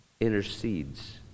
Intercedes